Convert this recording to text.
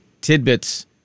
tidbits